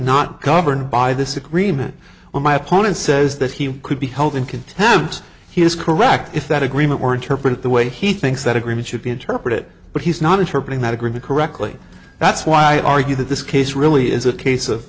not covered by this agreement when my opponent says that he could be held in contempt he is correct if that agreement were interpret the way he thinks that agreement should be interpreted but he's not interpreting that agreement correctly that's why i argue that this case really is a case